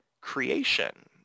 creation